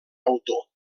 autor